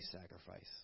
sacrifice